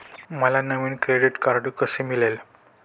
मला नवीन credit card कसे मिळेल?